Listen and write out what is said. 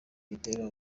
gitera